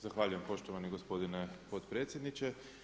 Zahvaljujem poštovani gospodine potpredsjedniče.